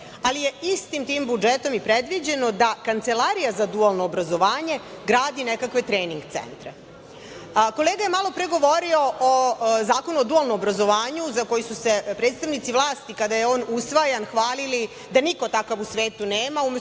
ali je istim tim budžetom predviđeno da Kancelarija za dualno obrazovanje gradi nekakve trening centre. Kolega je malopre govorio o Zakonu o dualnom obrazovanju za koji su predstavnici vlasti, kada je on usvajan hvalili da niko takav u svetu nema,